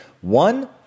one